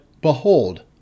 Behold